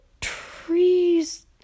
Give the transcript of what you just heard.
trees